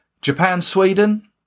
Japan-Sweden